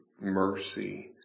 mercy